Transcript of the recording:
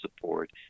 support